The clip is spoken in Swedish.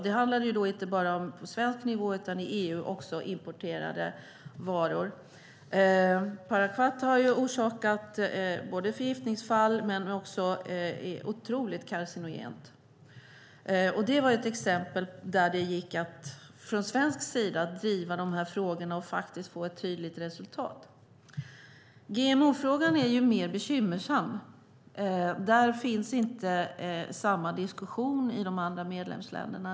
Det handlade då inte bara om svensk nivå utan också om i EU importerade varor. Parakvat har orsakat förgiftningsfall men är också otroligt carcinogent. Det var ett exempel där det gick att från svensk sida driva de här frågorna och faktiskt få ett tydligt resultat. GMO-frågan är mer bekymmersam. Där finns inte samma diskussion i de andra medlemsländerna.